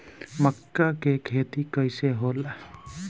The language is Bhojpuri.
मका के खेती कइसे होला?